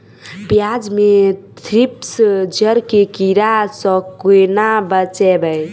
प्याज मे थ्रिप्स जड़ केँ कीड़ा सँ केना बचेबै?